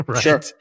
Sure